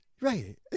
Right